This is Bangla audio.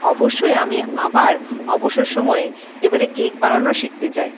অবশ্যই আমি আবার অবসর সময়ে এবারে কেক বানানো শিখতে চাই